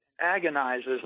agonizes